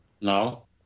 No